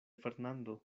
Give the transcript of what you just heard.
fernando